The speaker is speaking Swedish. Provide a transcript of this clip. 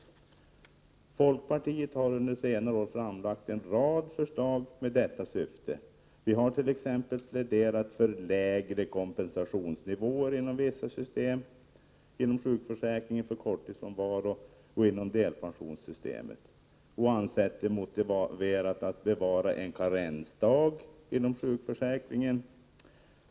”Folkpartiet har under senare år framlagt en rad förslag med detta syfte. Vi har t.ex. pläderat för lägre kompensationsnivåer inom vissa system och ansett det motiverat att bevara en karensdag inom sjukförsäkringen.